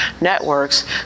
networks